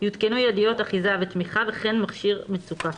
יותקנו ידיות אחיזה ותמיכה וכן מכשיר מצוקה,